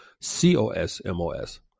C-O-S-M-O-S